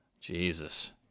Jesus